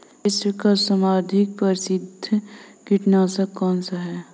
विश्व का सर्वाधिक प्रसिद्ध कीटनाशक कौन सा है?